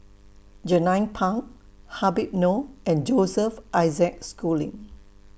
Jernnine Pang Habib Noh and Joseph Isaac Schooling